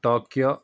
Tokyo